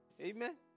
Amen